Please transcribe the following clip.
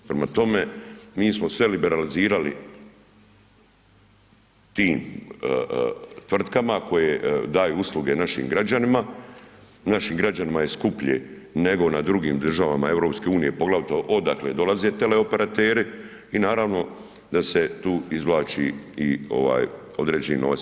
Prema tome, mi smo sve liberalizirali tim tvrtkama koje daju usluge našim građanima, našim građanima je skuplje nego na drugim državama EU poglavito odakle dolaze teleoperateri i naravno da se tu izvlači i određeni novac.